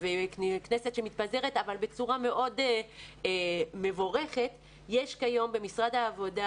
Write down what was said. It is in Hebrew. ועל כנסת שמתפזרת אבל בצורה מאוד מבורכת משרד העבודה